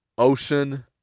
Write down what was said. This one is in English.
Ocean